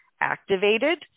activated